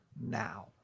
now